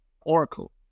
Oracle